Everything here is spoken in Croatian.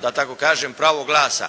da tako kažem pravo glasa.